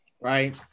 right